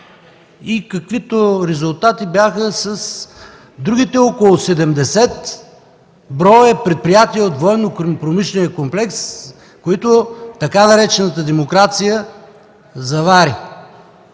и каквито резултати имаше с другите около 70 броя предприятия от Военнопромишления комплекс, които тъй наречената демокрация завари.